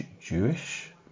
Jewish